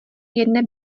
jedné